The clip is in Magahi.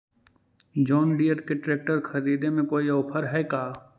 जोन डियर के ट्रेकटर खरिदे में कोई औफर है का?